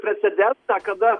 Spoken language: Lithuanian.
precedentą kada